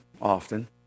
often